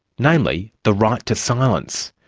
namely the right to silence.